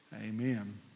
Amen